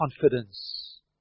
confidence